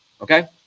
okay